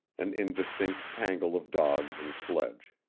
an indistinct tangle of dogs and sledge.